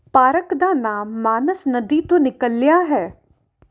park ਦਾ ਨਾਮ ਮਾਨਸ ਨਦੀ ਤੋਂ ਨਿਕਲਿਆ ਹੈ